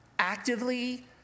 actively